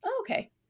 Okay